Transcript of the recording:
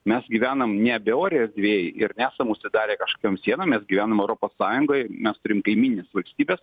mes gyvenam ne beorėj erdvėj ir nesam užsidarę kažkiom sienom mes gyvenam europos sąjungoj mes turim kaimynines valstybes